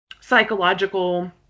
psychological